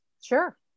Sure